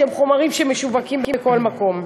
שהם חומרים שמשווקים בכל מקום.